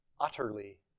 utterly